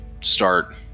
start